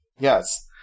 Yes